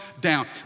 down